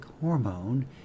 hormone